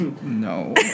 No